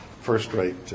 first-rate